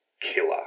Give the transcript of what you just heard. killer